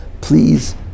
Please